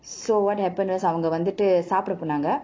so what happen அவங்க வந்துட்டு சாப்புட போனாங்க:avanga vanthuttu sapuda ponaanga